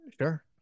Sure